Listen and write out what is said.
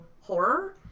horror